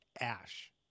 ash